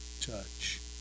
touch